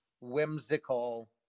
whimsical